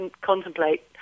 contemplate